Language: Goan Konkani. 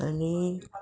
आनी